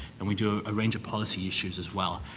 and we do a range of policy issues as well.